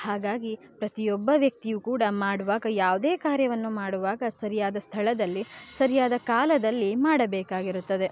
ಹಾಗಾಗಿ ಪ್ರತಿಯೊಬ್ಬ ವ್ಯಕ್ತಿಯೂ ಕೂಡ ಮಾಡುವಾಗ ಯಾವುದೇ ಕಾರ್ಯವನ್ನು ಮಾಡುವಾಗ ಸರಿಯಾದ ಸ್ಥಳದಲ್ಲಿ ಸರಿಯಾದ ಕಾಲದಲ್ಲಿ ಮಾಡಬೇಕಾಗಿರುತ್ತದೆ